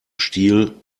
stil